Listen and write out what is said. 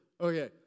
okay